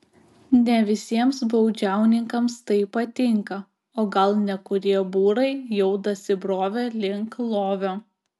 ne visiems baudžiauninkams tai patinka o gal nekurie būrai jau dasibrovė link lovio